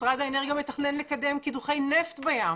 משרד האנרגיה מתכנן לקדם קידוחי נפט בים,